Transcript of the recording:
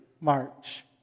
march